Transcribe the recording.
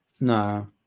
No